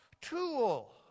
Tool